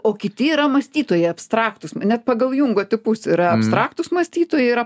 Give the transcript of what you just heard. o kiti yra mąstytojai abstraktūs net pagal jungo tipus yra abstraktūs mąstytojai yra